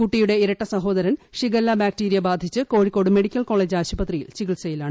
കുട്ടിയുടെ ഇരട്ടസഹോദരൻ shigella bacteria ബാധിച്ച് കോഴിക്കോട് മെഡിക്കൽ കോളേജ് ആശുപത്രിയിൽ ചികിൽസയിലാണ്